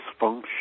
dysfunction